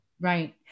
Right